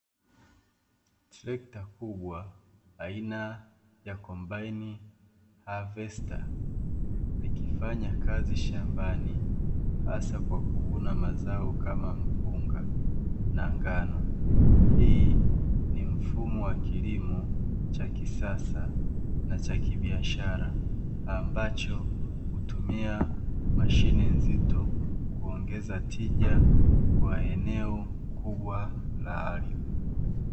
Trekta kubwa aina ya "KOMBAINI HAVESTA" likifanya kazi shambani hasa kwa kuvuna mazao kama mpunga na ngano, hii ni mfumo wa kilimo cha kisasa na cha kibiashara ambacho hutumia mashine nzito kuongeza tija kwa eneo kubwa la ardhi.